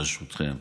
ברשותכם.